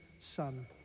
Son